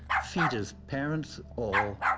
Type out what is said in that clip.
feeders, parents all,